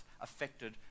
affected